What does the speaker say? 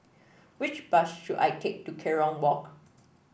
which bus should I take to Kerong Walk